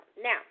Now